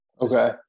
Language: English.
Okay